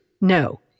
No